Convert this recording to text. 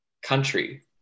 country